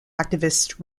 activist